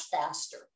faster